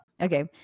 Okay